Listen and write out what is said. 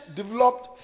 developed